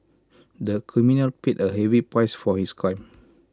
the criminal paid A heavy price for his crime